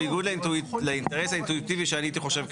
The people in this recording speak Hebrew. בניגוד לאינטרס האינטואיטיבי שאני הייתי חושב כיזם,